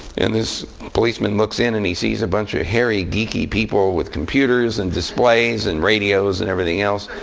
and this policeman looks in. and he sees a bunch of hairy, geeky people with computers, and displays, and radios, and everything else.